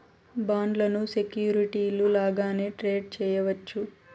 బాండ్లను సెక్యూరిటీలు లాగానే ట్రేడ్ చేయవచ్చు